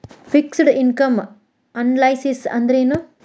Fixed income analysis ಅಂದ್ರೆನು?